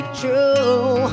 true